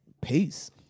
Peace